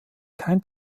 kein